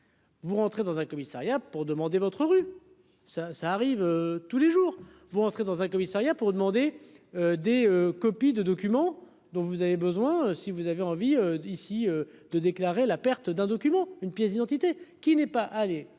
Vous rentrez dans un commissariat pour demander votre rue, ça ça arrive tous les jours, vous rentrez dans un commissariat pour demander des copies de documents dont vous avez besoin, si vous avez envie d'ici, de déclarer la perte d'un document, une pièce d'identité, qui n'est pas allé